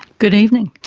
good evening.